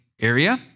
area